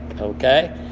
okay